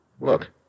Look